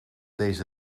deze